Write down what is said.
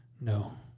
no